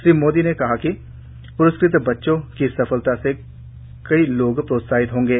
श्री मोदी ने कहा कि प्रस्कृत बच्चों की सफलता से कई लोग प्रोत्साहित होंगे